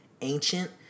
ancient